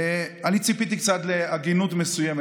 אני ציפיתי קצת להגינות מסוימת.